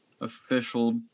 official